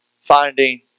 finding